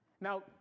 Now